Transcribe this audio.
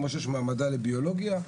כמו שיש מעבדה לביולוגיה,